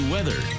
Weather